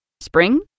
Spring